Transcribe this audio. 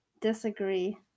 Disagree